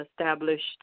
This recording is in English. established